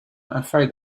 afraid